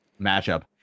matchup